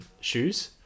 shoes